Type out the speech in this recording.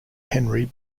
henry